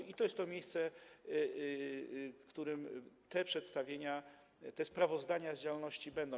I to jest to miejsce, w którym te przedstawienia, te sprawozdania z działalności będą.